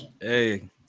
Hey